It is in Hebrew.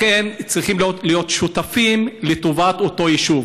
לכן, צריכים להיות שותפים לטובת אותו יישוב.